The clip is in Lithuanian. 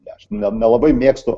aš nelabai mėgstu